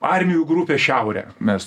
armijų grupė šiaurė mes